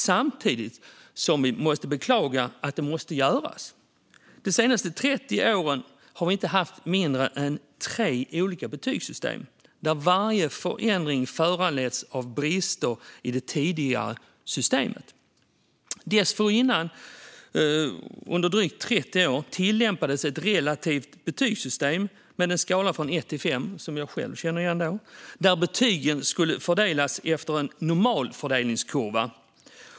Samtidigt måste vi beklaga att det behöver göras. De senaste 30 åren har vi haft inte mindre än tre olika betygssystem där varje förändring föranletts av brister i det tidigare systemet. Dessförinnan, under drygt 30 år, tillämpades ett relativt betygssystem med en skala från 1 till 5, som jag själv känner igen, där betygen skulle fördelas efter en normalfördelningskurva.